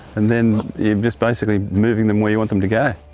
and then you're just basically moving them where you want them to go.